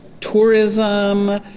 tourism